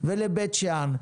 לבית שאן,